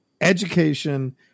education